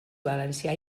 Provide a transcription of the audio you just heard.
valencià